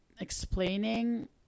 explaining